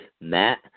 Matt